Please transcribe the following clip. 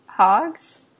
hogs